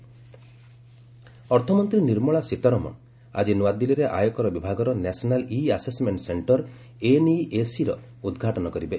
FM NEAC ଅର୍ଥମନ୍ତ୍ରୀ ନିର୍ମଳା ସୀତାରମଣ ଆଜି ନୂଆଦିଲ୍ଲୀରେ ଆୟକର ବିଭାଗର ନ୍ୟାସନାଲ୍ ଇ ଆସେସ୍ମେଣ୍ଟ ସେଣ୍ଟର ଏନ୍ଇଏସିର ଉଦ୍ଘାଟନ କରିବେ